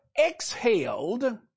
exhaled